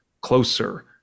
closer